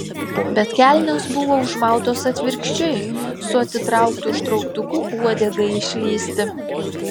bet kelnės buvo užmautos atvirkščiai su atitrauktu užtrauktuku uodegai išlįsti